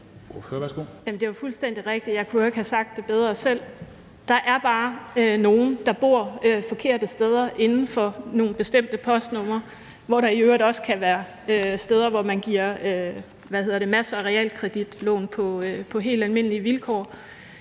det er jo fuldstændig rigtigt, og jeg kunne jo ikke have sagt det bedre selv. Der er bare nogle, der bor nogle forkerte steder inden for nogle bestemte postnumre, hvor der i øvrigt også kan være steder, hvor man giver masser af realkreditlån på helt almindelige vilkår,